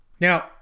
Now